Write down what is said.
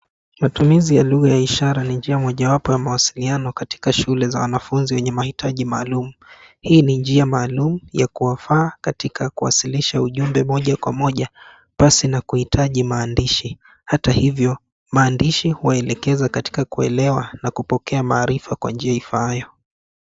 Matumizi ya lugha ya ishara ni njia mojawapo ya mawasiliano katika shule za wanafunzi wenye mahitaji maalum. Hii ni njia maalum ya kuwafaa katika kuwasilisha ujumbe moja kwa moja pasi na kuhitaji maandishi, hata hivyo maandishi huwaelekeza katika kuelewa na kupokea maarifa kwa njia ifaayo.